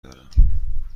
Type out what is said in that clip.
دارم